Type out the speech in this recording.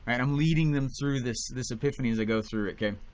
and i'm leading them through this this epiphany as i go through it, kay?